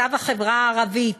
מצב החברה הערבית,